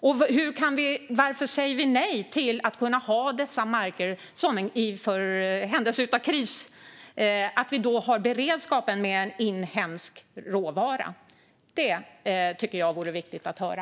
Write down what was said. Och varför säger vi nej till att ha dessa marker för beredskap med en inhemsk råvara i händelse av kris? Det tycker jag vore viktigt att höra.